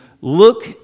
look